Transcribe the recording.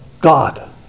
God